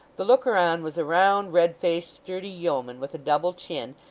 the looker-on was a round, red-faced, sturdy yeoman, with a double chin,